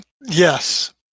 Yes